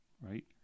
right